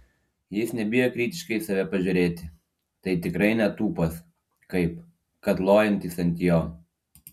jis nebijo kritiškai į save pažiūrėti tai tikrai netūpas kaip kad lojantys ant jo